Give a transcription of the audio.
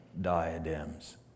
diadems